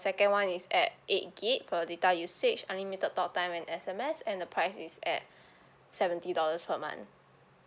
second one is at eight gig per data usage unlimited talk time and S_M_S and the price is at seventy dollars per month